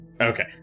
Okay